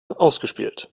ausgespielt